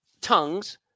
tongues